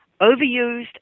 overused